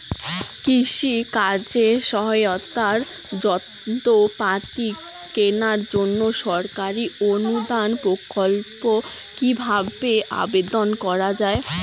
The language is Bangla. কৃষি কাজে সহায়তার যন্ত্রপাতি কেনার জন্য সরকারি অনুদান প্রকল্পে কীভাবে আবেদন করা য়ায়?